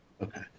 Okay